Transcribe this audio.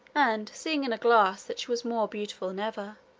and, seeing in a glass that she was more beautiful than ever,